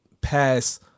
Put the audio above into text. pass